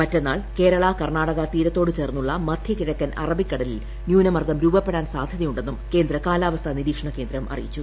മറ്റന്നാൾ കേരളകർണാടക തീരത്തോട് ചേർന്നുള്ള മധ്യകിഴക്കൻ അറബിക്കടലിൽ ന്യൂനമർദം രൂപപ്പെടാൻ സാധ്യതയുണ്ടെന്നും കേന്ദ്ര കാലാവസ്ഥ നിരീക്ഷണ കേന്ദ്രം അറിയിച്ചു